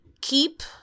keep